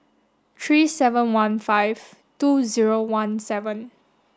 three seven one five two zero one seven